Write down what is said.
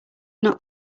not